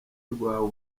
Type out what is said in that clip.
rwawe